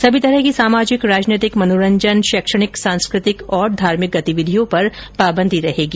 सभी तरह की सामाजिक राजनैतिक मनोरंजन शैक्षणिक सांस्कृतिक और धार्मिक गतिविधियों पर पाबंदी रहेगी